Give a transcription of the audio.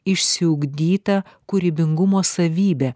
išsiugdyta kūrybingumo savybė